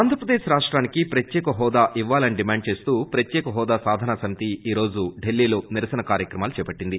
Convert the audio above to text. ఆంధ్రప్రదేశ్ రాష్టానికి ప్రత్యేక హోదా ఇవ్వాలని డిమాండ్ చేస్తూ ప్రత్యేక హోదా సాధనా సమితి ఈ రోజు ఢిల్లీలోనిరసన కార్యక్రమాలు చేపట్టింది